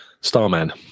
Starman